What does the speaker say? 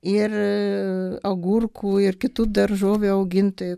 ir agurkų ir kitų daržovių augintojai